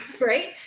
right